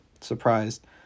surprised